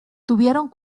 tuvieron